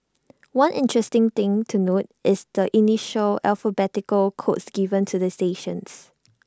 one interesting thing to note is the initial alphanumeric codes given to the stations